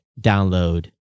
download